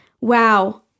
Wow